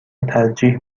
ترجیح